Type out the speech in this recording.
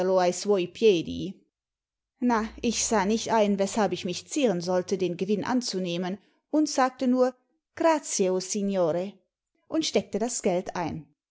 na ich sah nicht ein weshalb ich mich zieren sollte den gewinn anzimehmen und sagte nur grazie o signore und steckte das geld ein